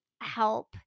help